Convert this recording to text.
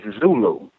Zulu